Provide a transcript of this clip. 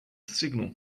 signal